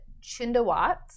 Chindawats